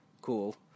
cool